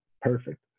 perfect